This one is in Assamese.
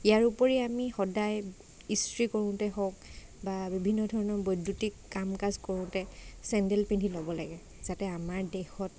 ইয়াৰ উপৰি আমি সদায় ইষ্ট্ৰি কৰোঁতে হওক বা বিভিন্ন ধৰণৰ বৈদ্যুতিক কাম কাজ কৰোঁতে চেণ্ডেল পিন্ধি ল'ব লাগে যাতে আমাৰ দেহত